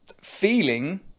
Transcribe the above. feeling